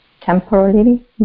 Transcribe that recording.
temporarily